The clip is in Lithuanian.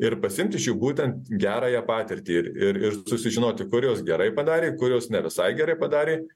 ir pasiimt iš jų būtent gerąją patirtį ir ir susižinoti kur jos gerai padarė kur jos ne visai gerai padarė